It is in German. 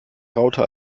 raute